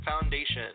Foundation